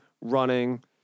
running